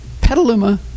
Petaluma